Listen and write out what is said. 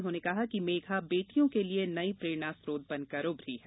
उन्होर्न कहा कि मेघा बेटियों के लिये नई प्रेरणा स्त्रोत बनकर उभरी है